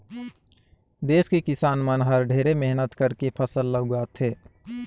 देस के किसान मन हर ढेरे मेहनत करके फसल ल उगाथे